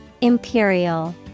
Imperial